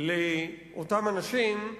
לאותם אנשים,